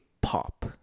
pop